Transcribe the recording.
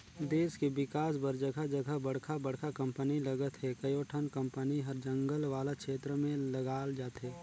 देस के बिकास बर जघा जघा बड़का बड़का कंपनी लगत हे, कयोठन कंपनी हर जंगल वाला छेत्र में लगाल जाथे